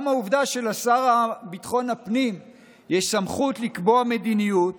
גם העובדה שלשר לביטחון הפנים יש סמכות לקבוע מדיניות,